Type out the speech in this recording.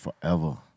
forever